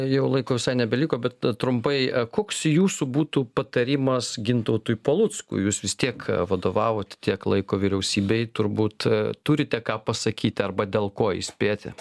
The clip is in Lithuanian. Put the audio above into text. jau laiko visai nebeliko bet trumpai koks jūsų būtų patarimas gintautui paluckui jūs vis tiek vadovavot tiek laiko vyriausybei turbūt turite ką pasakyti arba dėl ko įspėti